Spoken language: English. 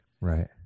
Right